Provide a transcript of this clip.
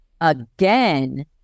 again